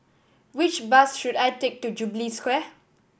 which bus should I take to Jubilee Square